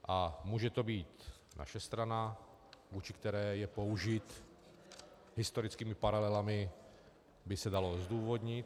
A může to být naše strana, vůči které je použit, historickými paralelami by se dalo zdůvodnit.